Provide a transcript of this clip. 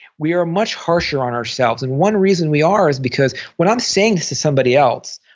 we are much harsher on ourselves and one reason we are is because when i'm saying this to somebody else,